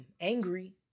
angry